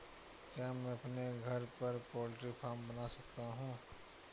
क्या मैं अपने घर पर पोल्ट्री फार्म बना सकता हूँ?